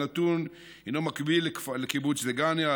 הינו מקביל לקיבוץ דגניה,